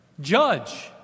judge